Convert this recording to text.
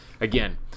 again